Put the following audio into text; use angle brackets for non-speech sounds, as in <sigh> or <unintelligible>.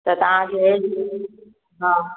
त तव्हांजी एज घणी <unintelligible> हा